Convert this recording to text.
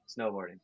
Snowboarding